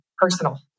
personal